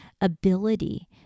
ability